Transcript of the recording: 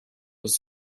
was